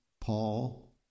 Paul